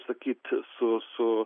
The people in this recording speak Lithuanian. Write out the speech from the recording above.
sakyt su su